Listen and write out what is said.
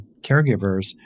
caregivers